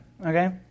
Okay